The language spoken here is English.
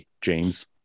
James